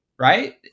right